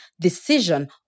decision